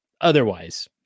Otherwise